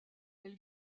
elle